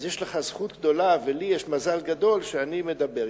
אז יש לך זכות גדולה ולי יש מזל גדול כשאני מדבר.